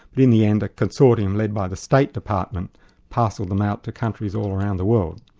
but in the end a consortium led by the state department parcelled them out to countries all around the world.